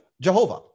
Jehovah